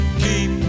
keep